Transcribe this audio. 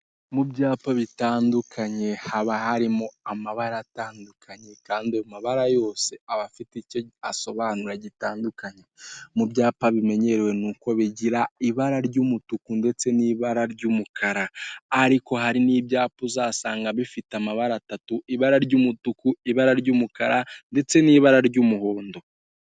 Mu byapa bitandukanye, haba harimo amabara atandukanye, kandi ayo mabara yose aba afite icyo asobanura gitandukanye. Mu byapa bimenyerewe nk'uko bigira ibara ry'umutuku ndetse n'ibara ry'umukara. Ariko hari n'ibyapa uzasanga bifite amabara atatu: ibara ry'umutuku, ibara ry'umukara, ndetse n'ibara ry'imuhondo.